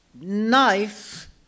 knife